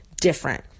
different